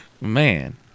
Man